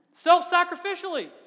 Self-sacrificially